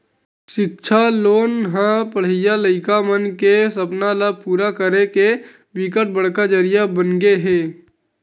सिक्छा लोन ह पड़हइया लइका मन के सपना ल पूरा करे के बिकट बड़का जरिया बनगे हे